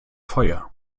feuer